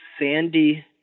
Sandy